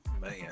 Man